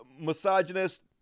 misogynist